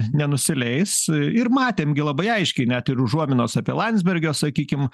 nenusileis ir matėm gi labai aiškiai net ir užuominos apie landsbergio sakykim